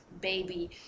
baby